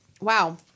wow